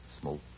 smoke